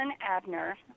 Abner